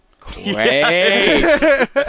Quake